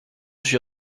suis